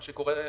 מה שקורה,